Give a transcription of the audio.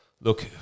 look